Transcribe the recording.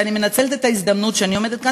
ואני מנצלת את ההזדמנות שאני עומדת כאן,